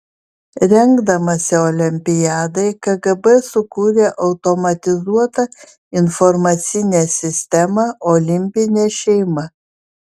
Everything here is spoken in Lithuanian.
rengdamasi olimpiadai kgb sukūrė automatizuotą informacinę sistemą olimpinė šeima